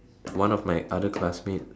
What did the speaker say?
one of my other classmates